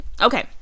okay